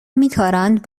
میکارند